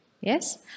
Yes